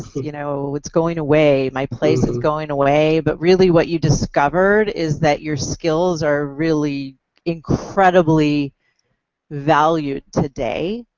you know it's going away, my place is going away. but really what you discovered is that your skills are really incredibly valued today